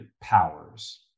powers